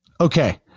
Okay